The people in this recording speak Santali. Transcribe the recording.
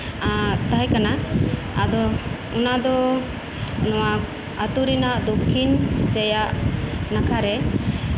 ᱟᱨ ᱛᱟᱦᱮᱸ ᱠᱟᱱᱟ ᱚᱱᱟ ᱫᱚ ᱱᱚᱣᱟ ᱟᱛᱳ ᱨᱮᱭᱟᱜ ᱫᱚᱠᱠᱷᱤᱱ ᱥᱮᱭᱟᱜ ᱱᱟᱠᱷᱟᱨᱮ